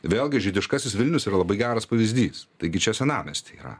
vėlgi žydiškasis vilnius yra labai geras pavyzdys taigi čia senamiesty yra